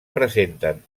presenten